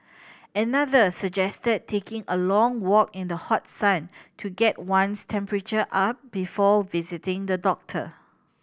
another suggested taking a long walk in the hot sun to get one's temperature up before visiting the doctor